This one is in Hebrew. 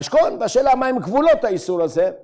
ישכון, והשאלה מה הם גבולות האיסור הזה